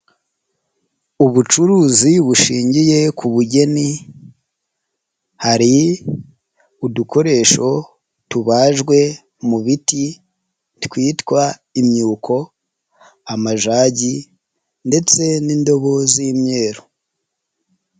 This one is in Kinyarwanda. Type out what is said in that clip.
Ubucuruzi bushingiye ku bugeni hari udukoresho tubajwe mu biti twitwa imyuko, amajagi ndetse n'indobo z'imyeru.